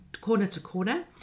corner-to-corner